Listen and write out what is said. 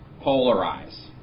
polarize